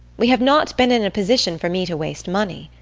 we have not been in a position for me to waste money.